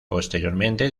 posteriormente